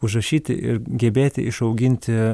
užrašyti ir gebėti išauginti